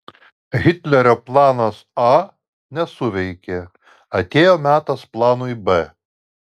hitlerio planas a nesuveikė atėjo metas planui b